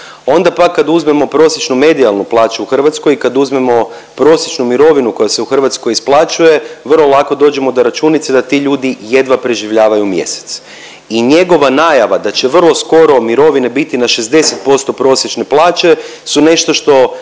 Onda pak kad uzmemo prosječnu medijalnu plaću u Hrvatskoj i kad uzmemo prosječnu mirovinu koja se u Hrvatskoj isplaćuje vrlo lako dođemo do računice da ti ljudi jedva preživljavaju mjesec. I njegova najava da će vrlo skoro mirovine biti na 60% prosječne plaće su nešto što